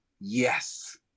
yes